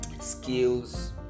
skills